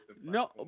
No